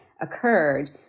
occurred